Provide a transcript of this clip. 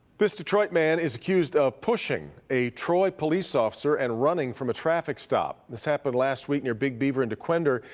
this detroit man is accused of pushing a troy police officer and running from a traffic stop. this happened last week near big beaver and dequindre.